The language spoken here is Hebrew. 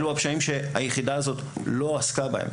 אלו הפשעים שהיחידה הזו לא עסקה בהם.